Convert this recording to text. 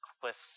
cliffs